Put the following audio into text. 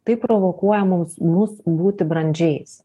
taip provokuoja mums mus būti brandžiais